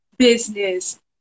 business